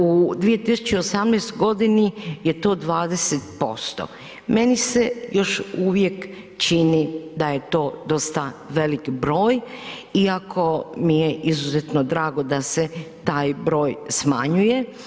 U 2018. godini je to 20%, meni se još uvijek čini da je to dosta velik broj iako mi je izuzetno drago da se taj broj smanjuje.